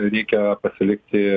reikia pasilikti